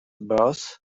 boss